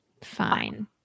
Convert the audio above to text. Fine